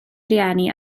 rieni